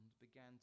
began